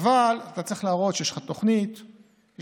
אבל אתה צריך להראות שיש לך תוכנית שנתית,